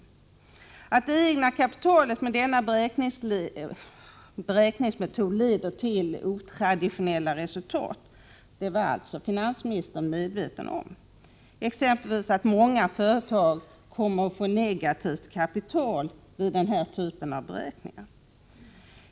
Att beräkningen av det egna kapitalet med denna metod leder till otraditionella resultat — många företag kommer exempelvis att få negativt kapital — var således finansministern medveten om.